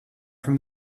from